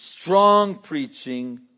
strong-preaching